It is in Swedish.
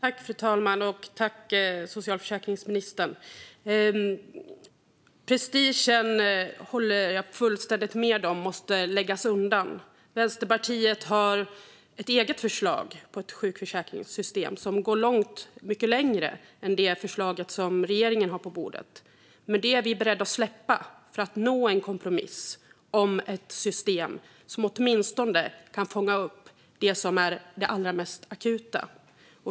Fru talman! Att prestigen måste läggas undan håller jag fullständigt med om. Vänsterpartiet har ett eget förslag på ett sjukförsäkringssystem. Det går mycket längre än det förslag som regeringen har på bordet. Men det är vi beredda att släppa för att nå en kompromiss om ett system som åtminstone kan fånga upp det allra mest akuta.